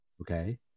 okay